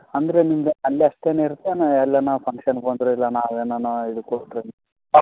ಅಂದರೆ ನಿಮ್ದು ಅಲ್ಲಿ ಅಷ್ಟೆನೆ ಇರತ್ತಾ ಇಲ್ಲ ನಾವು ಫಂಕ್ಷನ್ ಬಂದರೆ ಇಲ್ಲ ನಾವು ಏನೇನೋ ಇದು ಕೊಟ್ಟರೆ